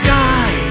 Sky